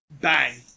bang